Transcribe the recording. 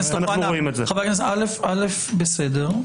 בסדר.